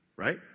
right